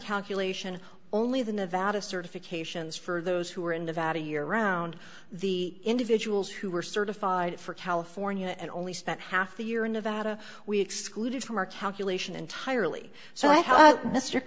calculation only the nevada certifications for those who were in nevada year round the individuals who were certified for california and only spent half the year in nevada we excluded from our calculation entirely so